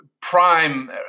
prime